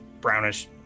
brownish